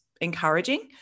encouraging